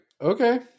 okay